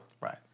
right